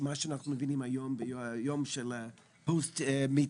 ממה שאנחנו מבינים היום ביום של Med too.